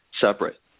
separate